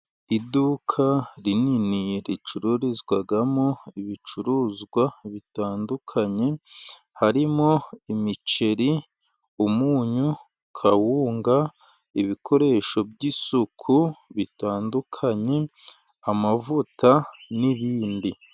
Iduka rinini ricururizwamo ibicuruzwa bitandukanye, harimo: imiceri, umunyu, kawunga, ibikoresho by'isuku bitandukanye, amavuta, n'ibindi.